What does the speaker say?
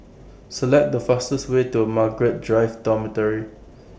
Select The fastest Way to Margaret Drive Dormitory